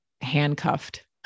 handcuffed